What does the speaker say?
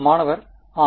மாணவர் ஆம்